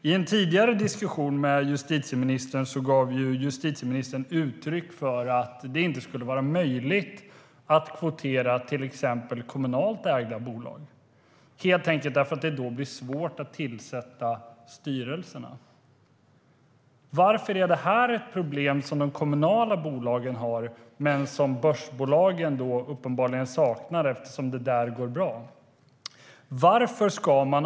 I en tidigare diskussion med justitieministern gav justitieministern uttryck för att det inte skulle vara möjligt att kvotera till exempel kommunalt ägda bolag, helt enkelt därför att det då blir svårt att tillsätta styrelserna. Varför är detta ett problem som de kommunala bolagen har men som börsbolagen uppenbarligen saknar, eftersom det går bra där?